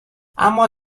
اما